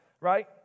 right